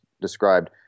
described